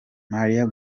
mario